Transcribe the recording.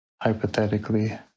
hypothetically